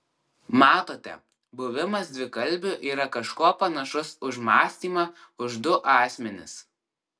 matote buvimas dvikalbiu yra kažkuo panašus už mąstymą už du asmenis